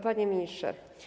Panie Ministrze!